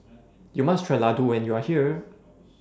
YOU must Try Ladoo when YOU Are here